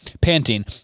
Panting